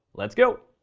let's go.